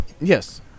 Yes